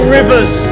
rivers